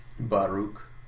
Baruch